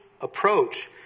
approach